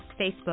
Facebook